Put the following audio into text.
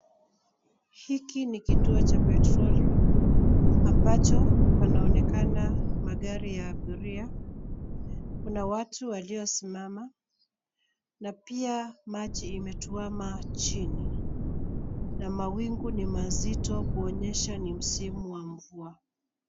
Hiki ni kituo cha petroli ambacho panaonekana magari ya abiria. Kuna watu waliosimama na pia maji imetuwama chini na mawingu ni mazito kuonyesha ni msimu wa mvua.